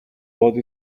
bought